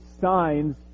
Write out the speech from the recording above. signs